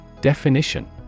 Definition